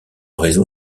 raison